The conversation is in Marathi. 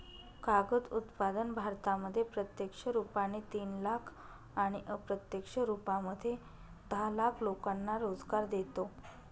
कागद उत्पादन भारतामध्ये प्रत्यक्ष रुपाने तीन लाख आणि अप्रत्यक्ष रूपामध्ये दहा लाख लोकांना रोजगार देतो